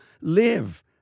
live